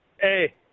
Hey